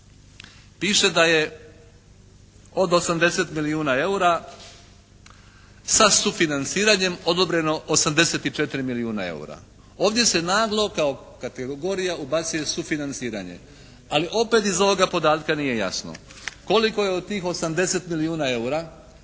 piše da je od 80 milijuna EUR-a sa sufinanciranjem odobreno 84 milijuna EUR-a. Ovdje se naglo kao kategorija ubacuje sufinanciranje. Ali opet iz ovoga podatka nije jasno koliko je od tih 80 milijuna EUR-a